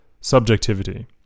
subjectivity